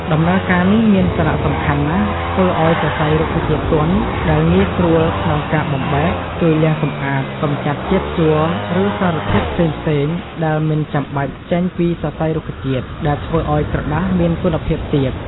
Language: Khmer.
ដំណើរការនេះមានសារៈសំខាន់ណាស់ធ្វើឱ្យសរសៃរុក្ខជាតិទន់ ដែលងាយស្រួលក្នុងការបំបែក ជួយលាងសម្អាត កម្ចាត់ជាតិជ័រឬសារធាតុផ្សេងៗដែលមិនចាំបាច់ចេញពីសរសៃរុក្ខជាតិ ដែលធ្វើឱ្យក្រដាសមានគុណភាពទាប។